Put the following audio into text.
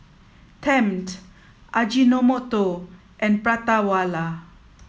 Tempt Ajinomoto and Prata Wala